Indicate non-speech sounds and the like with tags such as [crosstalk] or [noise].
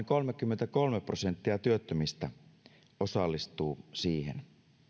[unintelligible] kolmekymmentäkolme prosenttia työttömistä osallistuu siihen